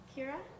Kira